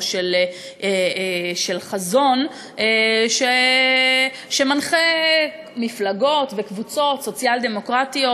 או של חזון שמנחה מפלגות וקבוצות סוציאל-דמוקרטיות,